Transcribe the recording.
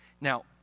Now